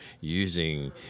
using